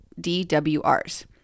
DWRs